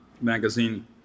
magazine